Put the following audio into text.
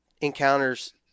encounters